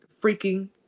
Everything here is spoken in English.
freaking